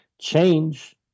change